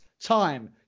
time